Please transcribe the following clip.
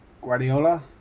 Guardiola